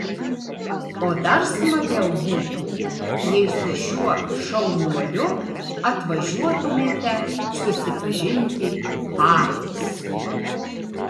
o dar smagiau būtų jei su šiuo šaunuoliu atvažiuotumėte susipažinti patys